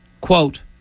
Quote